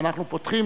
אנחנו פותחים